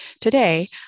Today